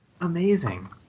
Amazing